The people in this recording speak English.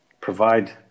provide